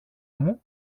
μου